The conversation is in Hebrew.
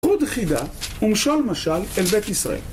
חוד חידה ומשל משל אל בית ישראל